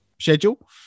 schedule